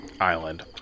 island